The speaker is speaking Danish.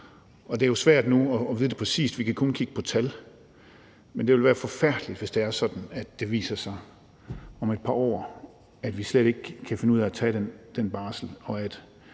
Og det er jo svært nu at vide det præcist. Vi kan kun kigge på tal, men det ville være forfærdeligt, hvis det er sådan, at det viser sig om et par år, at vi slet ikke kan finde ud af at tage den barsel,